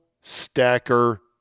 stacker